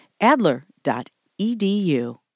Adler.edu